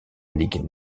ligue